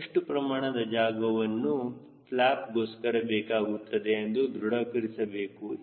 ಎಷ್ಟು ಪ್ರಮಾಣದ ಜಾಗವನ್ನು ಫ್ಲ್ಯಾಪ್ಗೋಸ್ಕರ ಬೇಕಾಗುತ್ತದೆ ಎಂದು ದೃಢೀಕರಿಸಬೇಕು